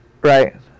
Right